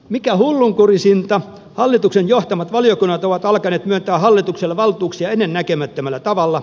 mikä hullunkurisinta hallituksen johtamat valiokunnat ovat alkaneet myöntää hallitukselle valtuuksia ennennäkemättömällä tavalla